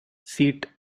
seat